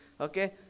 Okay